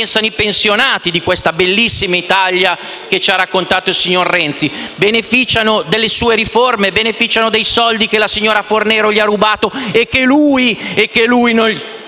pensano i pensionati di questa bellissima Italia che ci ha raccontato il signor Renzi: beneficiano delle sue riforme, beneficiano dei soldi che la signora Fornero gli ha rubato e che lui non